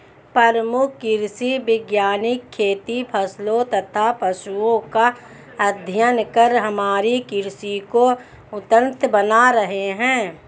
प्रमुख कृषि वैज्ञानिक खेती फसलों तथा पशुओं का अध्ययन कर हमारी कृषि को उन्नत बना रहे हैं